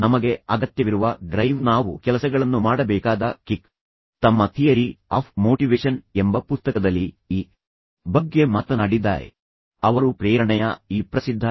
ತದನಂತರ ಅಂತಿಮವಾಗಿ ಅವರು ಒಬ್ಬರಿಗೊಬ್ಬರು ಸಹಾಯ ಮಾಡಲು ನಿರ್ಧರಿಸಬೇಕಾಗಿದೆ ಎಂದು ಅವರಿಗೆ ಮನವರಿಕೆ ಮಾಡಿಕೊಡಲು ನೀವು ಪ್ರಯತ್ನಿಸಿ ಮತ್ತು ನಂತರ ಅವರು ಒಟ್ಟಿಗೆ ವಾಸಿಸಬೇಕು